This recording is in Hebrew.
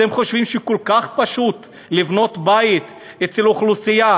אתם חושבים שכל כך פשוט לבנות בית אצל אוכלוסייה